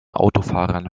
autofahrern